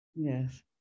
yes